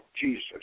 Jesus